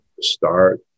Start